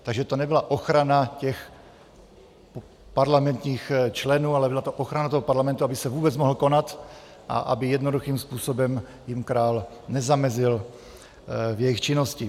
Takže to nebyla ochrana parlamentních členů, ale byla to ochrana parlamentu, aby se vůbec mohl konat a aby jednoduchým způsobem jim král nezamezil v jejich činnosti.